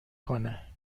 کنه